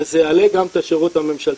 וזה יעלה גם את השירות הממשלתי.